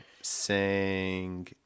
sang